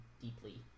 deeply